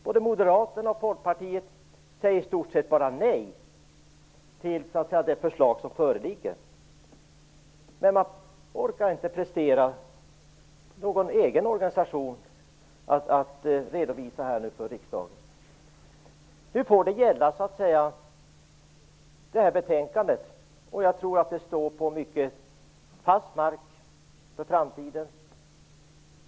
Både Moderaterna och Folkpartiet säger i stort sett bara nej till det förslag som föreligger. Man orkar inte prestera någon egen organisation att redovisa för riksdagen. Nu får det här betänkandet gälla, och jag tror att det står på mycket fast mark inför framtiden.